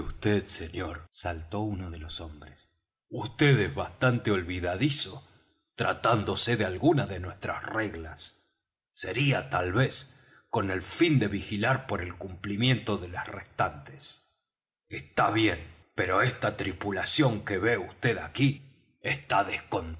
vd señor saltó uno de los hombres vd es bastante olvidadizo tratándose de algunas de nuestras reglas sería tal vez con el fin de vigilar por el cumplimiento de las restantes está bien pero esta tripulación que ve vd aquí está